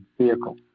vehicle